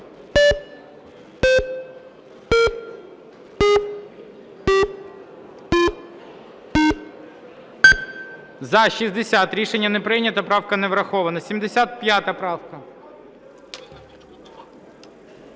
За-60 Рішення не прийнято. Правка не врахована. 75